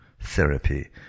therapy